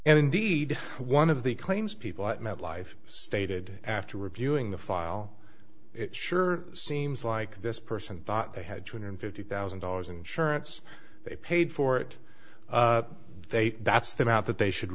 and indeed one of the claims people at metlife stated after reviewing the file it sure seems like this person thought they had two hundred fifty thousand dollars insurance they paid for it they that's the amount that they should